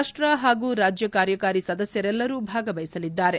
ರಾಪ್ಷ ಹಾಗೂ ರಾಜ್ಯ ಕಾರ್ಯಕಾರಿ ಸದಸ್ಖರೆಲ್ಲರೂ ಭಾಗವಹಿಸಲಿದ್ದಾರೆ